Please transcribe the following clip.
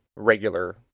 Regular